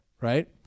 right